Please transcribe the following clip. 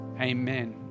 amen